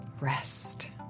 Rest